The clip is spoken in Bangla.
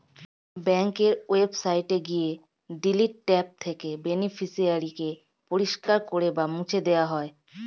ব্যাঙ্কের ওয়েবসাইটে গিয়ে ডিলিট ট্যাব থেকে বেনিফিশিয়ারি কে পরিষ্কার করে বা মুছে দেওয়া যায়